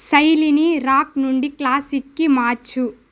శైలిని రాక్ నుండి క్లాసిక్కి మార్చు